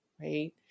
Right